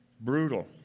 Brutal